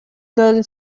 girl